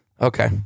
Okay